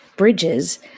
Bridges